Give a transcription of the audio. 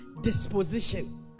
disposition